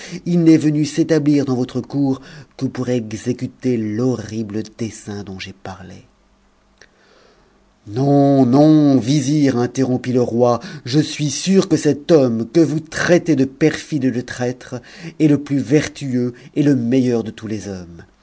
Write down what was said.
il n'est venu s'établir dans votre cour que pour exécuter l'horrible dessein dont j'ai parlé non non vizir interrompit le roi je suis sûr que cet homme que vous traitez de perfide et de traître est le plus vertueux et le meilleur de tous les hommes